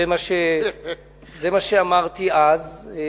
זה מה שאמרתי אז.